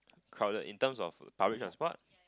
crowded in terms of public transport